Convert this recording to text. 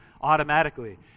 automatically